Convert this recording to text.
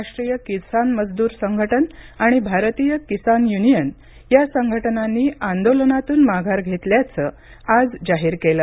राष्ट्रीय किसान मजदूर संघटन आणि भारतीय किसान युनियन या संघटनांनी आंदोलनातून माघार घेतल्याचं आज जाहीर केलं